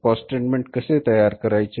cost statement कसे तयार करायचे